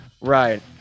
Right